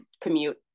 commute